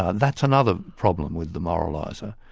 ah that's another problem with the moralizer.